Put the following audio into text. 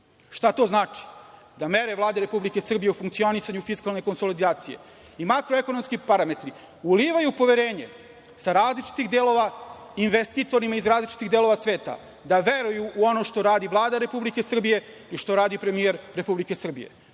A.Šta to znači? Da mere Vlade Republike Srbije u funkcionisanju fiskalne konsolidacije i makroekonomski parametri ulivaju poverenje sa različitih delova investitorima, iz različitih delova sveta, da veruju u ono što radi Vlada Republike Srbije i što radi premijer Republike Srbije.